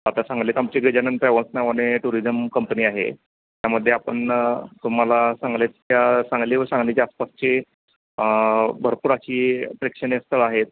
आता सांगलीत आमचे गजानन ट्रॅव्हल्स नावाने टुरिजम कंपनी आहे त्यामध्ये आपण तुम्हाला सांगलीत त्या सांगली व सांगलीच्या आसपासचे भरपूर अशी प्रेक्षणीय स्थळं आहेत